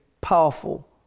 powerful